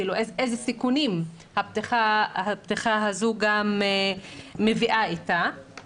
איזה סיכונים הפתיחה הזאת גם מביאה איתה.